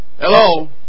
Hello